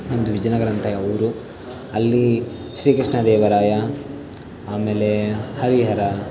ನಮ್ದು ವಿಜಯನಗರ ಅಂತ ಊರು ಅಲ್ಲಿ ಶ್ರೀ ಕೃಷ್ಣದೇವರಾಯ ಆಮೇಲೆ ಹರಿಹರ